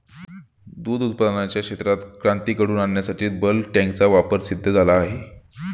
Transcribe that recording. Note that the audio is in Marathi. दूध उत्पादनाच्या क्षेत्रात क्रांती घडवून आणण्यासाठी बल्क टँकचा वापर सिद्ध झाला आहे